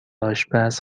آشپز